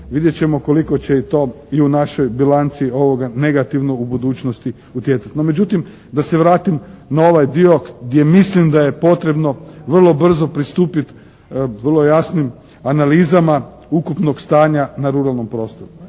vidjet ćemo koliko će i to i u našoj bilanci ovoga negativnog u budućnosti utjecati. No, međutim da se vratim na ovaj dio gdje mislim da je potrebno vrlo brzo pristupiti vrlo jasnim analizama ukupnog stanja na ruralnom prostoru.